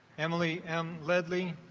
emily m ledley